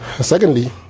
Secondly